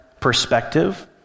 perspective